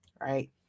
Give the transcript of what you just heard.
right